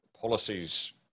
policies